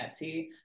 etsy